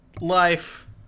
life